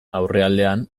aurrealdean